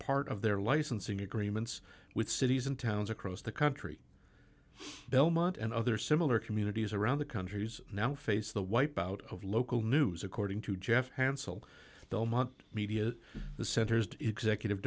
part of their licensing agreements with cities and towns across the country belmont and other similar communities around the country who's now face the wipe out of local news according to jeff hansel belmont media the center's executive